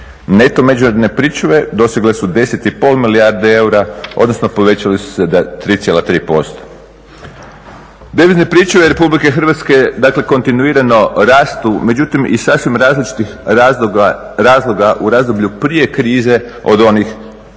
Neto međunarodne pričuve dosegle su 10,5 milijarde eura, odnosno povećale su se 3,3%. Devizne pričuve RH dakle kontinuirano rastu, međutim iz sasvim različitih razloga u razdoblju prije krize od onih u krizi,